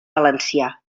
valencià